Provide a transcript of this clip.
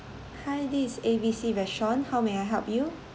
hi this A B C restaurant how may I help you